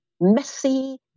messy